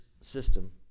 system